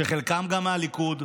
שחלקם גם מהליכוד,